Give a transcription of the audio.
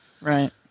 Right